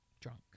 drunk